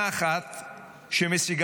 שני